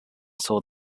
saw